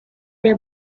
the